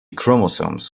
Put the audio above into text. chromosomes